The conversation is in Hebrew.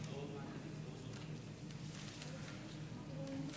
ההצעה להעביר את